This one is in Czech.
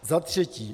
Za třetí.